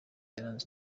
yaranze